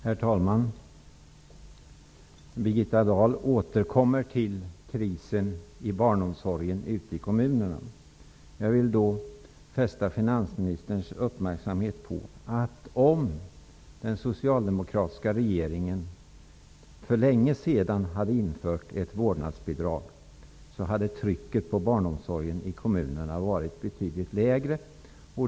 Herr talman! Birgitta Dahl återkommer till krisen i barnomsorgen ute i kommunerna. Jag vill fästa finansministerns uppmärksamhet på att om den socialdemokratiska regeringen för länge sedan hade infört ett vårdnadsbidrag, hade trycket på barnomsorgen i kommunerna varit betydlig lägre.